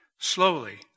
slowly